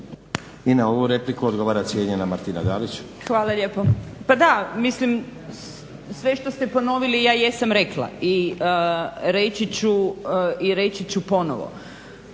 I na ovu repliku odgovara cijenjena Martina Dalić. **Dalić, Martina (HDZ)** Hvala lijepo. Pa da mislim sve što ste ponovili ja jesam rekla i reći ću ponovo.